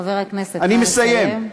חבר הכנסת, נא לסיים.